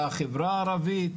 לחברה הערבית.